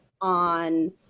on